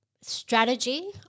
strategy